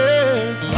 Yes